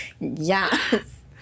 Yes